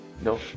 No